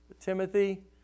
Timothy